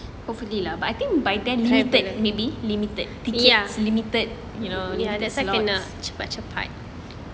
hopefully lah but I think by then limited maybe limited ticket limited you know slot